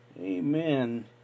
Amen